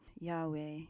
Yahweh